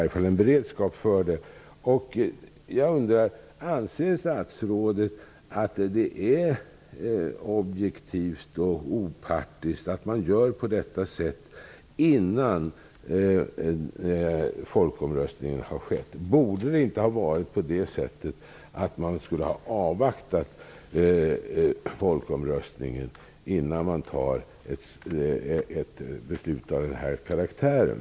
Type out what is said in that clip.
Jag undrar: Anser statsrådet att det är objektivt och opartiskt att man gör på detta sätt, innan folkomröstningen har skett? Borde man inte ha avvaktat folkomröstningen innan man fattar ett beslut av den här karaktären?